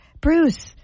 Bruce